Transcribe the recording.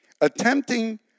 Attempting